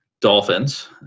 Dolphins